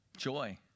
joy